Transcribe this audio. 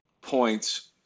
points